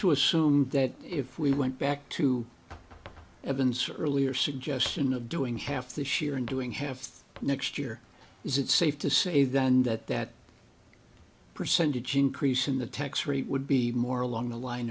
to assume that if we went back to evan's earlier suggestion of doing half this year and doing have next year is it safe to say then that that percentage increase in the tax rate would be more along the line